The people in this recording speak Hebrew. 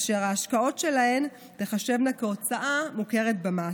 וההשקעות שלהן תיחשבנה הוצאה מוכרת במס.